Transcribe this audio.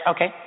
Okay